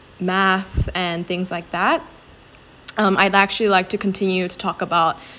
math and things like that um I'd actually like to continue to talk about